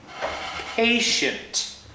Patient